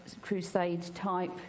crusade-type